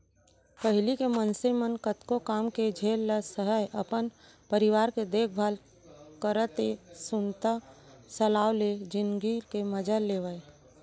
पहिली के मनसे मन कतको काम के झेल ल सहयँ, अपन परिवार के देखभाल करतए सुनता सलाव ले जिनगी के मजा लेवयँ